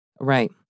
right